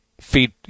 feed